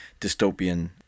dystopian